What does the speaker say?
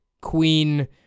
queen